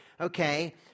okay